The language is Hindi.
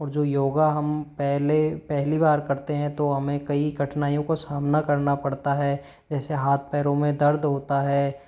और जो योगा हम पहले पहली बार करते हैं तो हमें कई कठिनाइयों का सामना करना पड़ता है जैसे हाथ पैरों में दर्द होता है